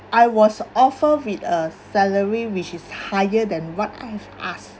I was offered with a salary which is higher than what I've asked